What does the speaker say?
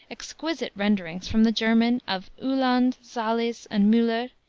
exquisite renderings from the german of uhland, salis, and muller,